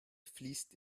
fließt